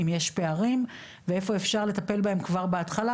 אם יש פערים ואיפה אפשר לטפל בהם כבר בהתחלה